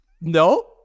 no